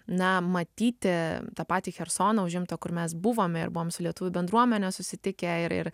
na matyti tą patį chersoną užimtą kur mes buvom ir buvom su lietuvių bendruomene susitikę ir ir